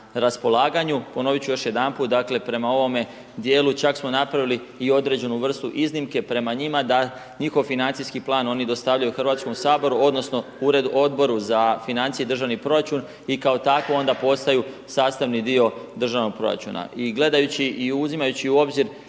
Ponovit ču još jedanput, dakle prema ovome djelu čak smo napravili i određenu vrstu iznimke prema njima da njihov financijski plan oni dostavljaju Hrvatskom saboru odnosno Odboru za financijske i državni proračun i kao takvu onda postaju sastavni dio državnog proračuna.